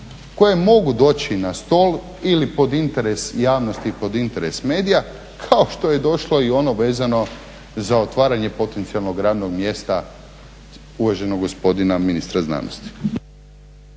koje mogu doći na stol ili pod interes javnosti, pod interes medija kao što je došlo ono vezano za otvaranje potencijalnog radnog mjesta uvaženog gospodina ministra znanosti.